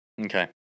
Okay